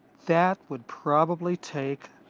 that would probably take